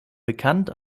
bekannt